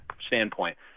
standpoint